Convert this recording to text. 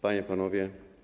Panie i Panowie!